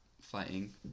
fighting